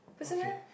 okay